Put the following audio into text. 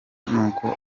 nuko